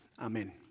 Amen